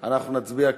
אנחנו נצביע.